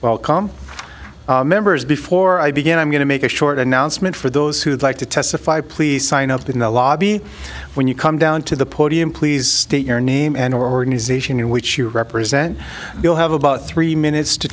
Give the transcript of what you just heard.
welcome members before i begin i'm going to make a short announcement for those who would like to testify please sign up in the lobby when you come down to the podium please state your name and organization in which you represent we'll have about three minutes to